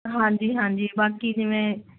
ਹਾਂਜੀ ਹਾਂਜੀ ਬਾਕੀ ਜਿਵੇਂ